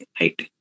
right